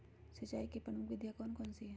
सिंचाई की प्रमुख विधियां कौन कौन सी है?